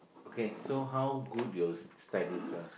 okay so how good your s~ studies ah